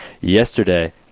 yesterday